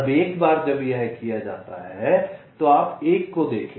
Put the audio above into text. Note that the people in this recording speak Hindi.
अब एक बार जब यह किया जाता है तो आप 1 को देखें